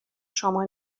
شما